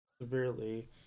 severely